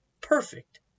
Perfect